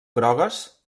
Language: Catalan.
grogues